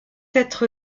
être